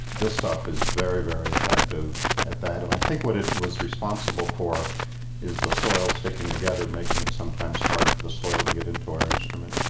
this stuff is very, very effective at that, and i think what it was responsible for is the soil sticking together making it sometimes hard for the soil to get into our instrument.